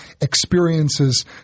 experiences